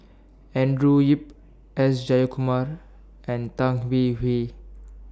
Andrew Yip S Jayakumar and Tan Hwee Hwee